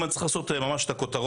אם אני צריך לומר את הכותרות,